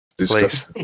Please